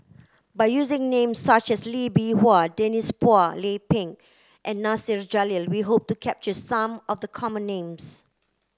by using names such as Lee Bee Wah Denise Phua Lay Peng and Nasir Jalil we hope to capture some of the common names